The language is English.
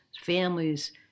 families